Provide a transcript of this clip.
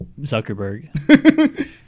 Zuckerberg